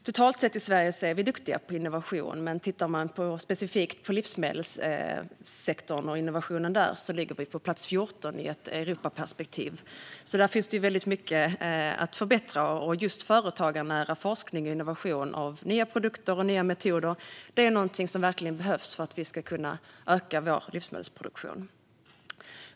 Totalt sett är vi duktiga i Sverige på innovation, men om man tittar specifikt på livsmedelssektorn och innovationen där ser man att vi ligger på plats 14 i ett Europaperspektiv. Där finns mycket att förbättra. Just företagarnära forskning och innovation av nya produkter och metoder är något som verkligen behövs för att vi ska kunna öka vår livsmedelsproduktion.